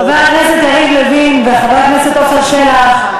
חבר הכנסת יריב לוין וחבר הכנסת עפר שלח,